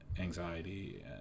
anxiety